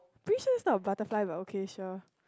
pretty sure is not butterfly but okay sure